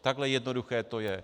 Takhle jednoduché to je.